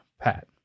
Pat